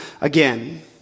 again